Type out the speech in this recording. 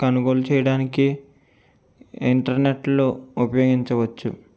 కనుగోలు చేయడానికి ఇంటర్నెట్ లో ఉపయోగించవచ్చు